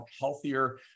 healthier